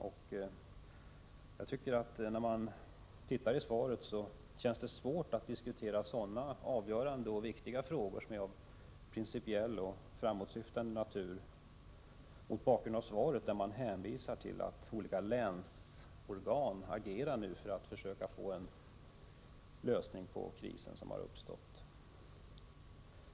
Mot bakgrund av svaret — där man hänvisar till att olika länsorgan agerar för att försöka få en lösning på den kris som nu har uppstått — känns det svårt att här diskutera sådana avgörande och viktiga frågor av principiell och framåtsyftande natur.